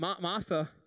Martha